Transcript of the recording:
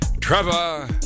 Trevor